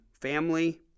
family